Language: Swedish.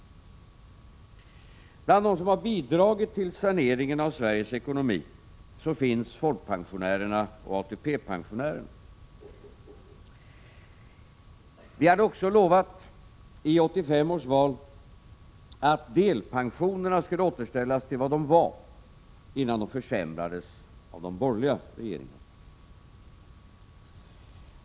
Bland dem som bidragit till saneringen av Sveriges ekonomi finns folkpensionärerna och ATP-pensionärerna. Vi hade också lovat i 1985 års val att delpensionerna skulle återställas till vad de varit innan de försämrades av de borgerliga regeringarna.